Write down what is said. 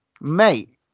Mate